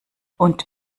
und